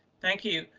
thank you,